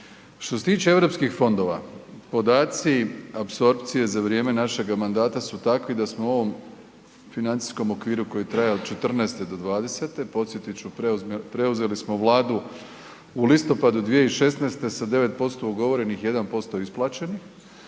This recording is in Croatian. Što se tiče EU fondova, podaci apsorpcije za vrijeme našega mandata su takvi da smo ovom financijskom okviru koji traje od '14. do '20., podsjetit ću, preuzeli smo Vladu u listopadu 2016. sa 9% ugovorenih i 1% isplaćenih.